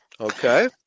Okay